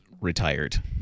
retired